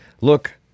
look